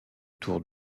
tour